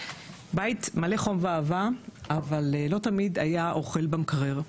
בית מלא חום ואהבה אבל לא תמיד היה אוכל במקרר,